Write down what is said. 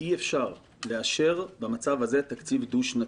אי-אפשר לאשר במצב הזה תקציב דו-שנתי.